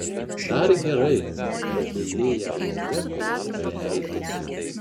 dar gerai kad pagailėję uzbekai paleido